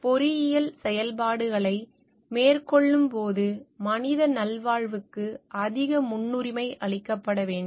பொறியியல் செயல்பாடுகளை மேற்கொள்ளும் போது மனித நல்வாழ்வுக்கு அதிக முன்னுரிமை அளிக்கப்பட வேண்டும்